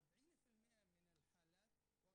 הקמפיינים שנעשו בעצם עברו תהליך של הנגשה